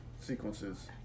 sequences